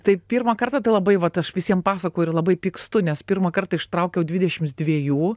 tai pirmą kartą labai vat aš visiem pasakoju ir labai pykstu nes pirmą kartą ištraukiau dvidešimt dviejų